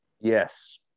Yes